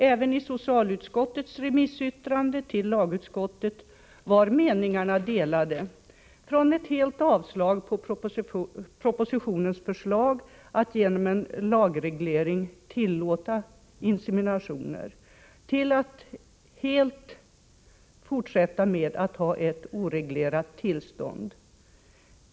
Även i socialutskottets remissyttrande till lagutskottet var meningarna delade — från att helt avstyrka propositionens förslag att genom en lagreglering tillåta inseminationer till att förorda att vi skall fortsätta med att ha ett oreglerat tillstånd.